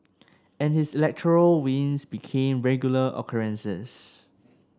and his electoral wins became regular occurrences